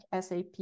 SAP